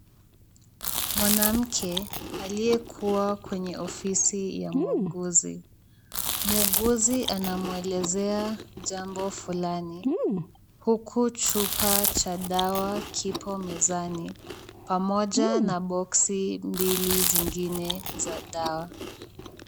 Mwanamke aliyekuwa kwenye ofisi ya muuguzi. Muuguzi ana mwelezea jambo fulani, huku chupa cha dawa kipo mezani pamoja na boksi mbili zingine za dawa.